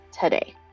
today